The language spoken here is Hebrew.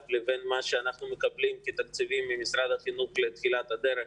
לבין מה שאנחנו מקבלים כתקציבים ממשרד החינוך לתחילת הדרך